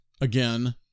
again